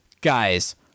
Guys